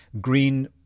green